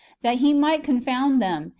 that he might confound them,